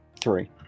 Three